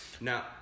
Now